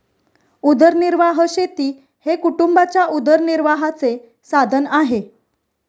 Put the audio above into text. उदरनिर्वाह शेती हे कुटुंबाच्या उदरनिर्वाहाचे साधन आहे